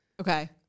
Okay